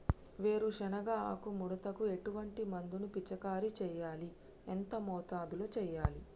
వేరుశెనగ ఆకు ముడతకు ఎటువంటి మందును పిచికారీ చెయ్యాలి? ఎంత మోతాదులో చెయ్యాలి?